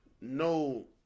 no